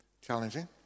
challenging